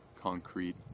concrete